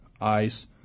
ice